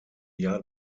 jahr